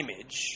image